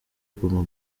guma